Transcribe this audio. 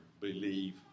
believe